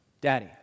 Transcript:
Daddy